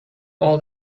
all